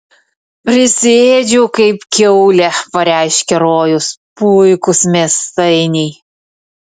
prisiėdžiau kaip kiaulė pareiškė rojus puikūs mėsainiai